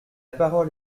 parole